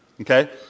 Okay